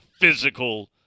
physical